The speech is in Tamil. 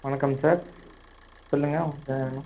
வணக்கம் சார் சொல்லுங்கள் உங்கள்